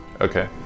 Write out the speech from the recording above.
Okay